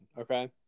Okay